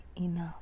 enough